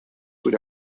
with